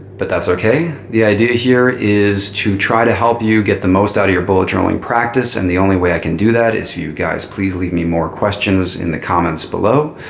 but that's okay. the idea here is to try to help you get the most out of your bullet journaling practice. and the only way i can do that is if you guys please leave me more questions in the comments below.